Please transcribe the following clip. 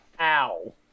Ow